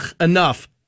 enough